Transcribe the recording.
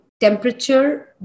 temperature